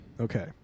Okay